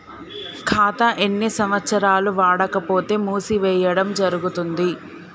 ఖాతా ఎన్ని సంవత్సరాలు వాడకపోతే మూసివేయడం జరుగుతుంది?